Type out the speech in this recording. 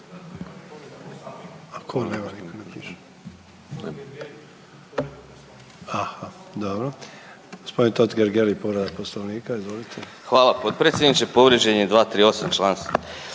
Hvala potpredsjedniče, povrijeđen je 238. članak